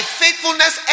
faithfulness